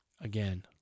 Again